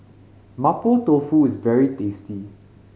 Mapo Tofu is very tasty